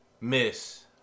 Miss